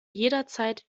jederzeit